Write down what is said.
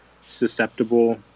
susceptible